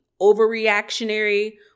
overreactionary